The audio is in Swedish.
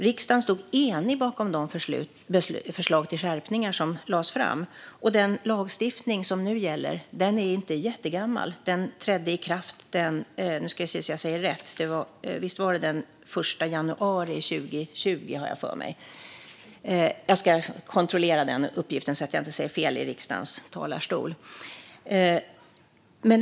Riksdagen stod enig bakom de förslag till skärpningar som lades fram, och den lagstiftning som nu gäller är inte jättegammal. Den trädde i kraft den 1 januari 2020, har jag för mig. Jag ska kontrollera den uppgiften så att jag inte säger fel i riksdagens talarstol.